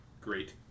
great